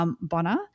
Bonner